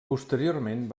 posteriorment